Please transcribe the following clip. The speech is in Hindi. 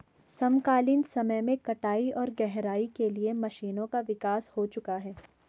समकालीन समय में कटाई और गहराई के लिए मशीनों का विकास हो चुका है